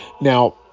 Now